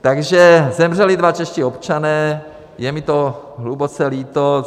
Takže zemřeli dva čeští občané, je mi to hluboce líto.